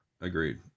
Agreed